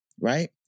right